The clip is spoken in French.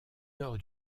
nord